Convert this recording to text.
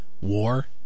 War